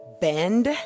Bend